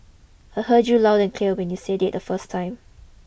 I heard you loud and clear when you said it the first time